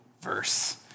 verse